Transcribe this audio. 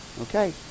Okay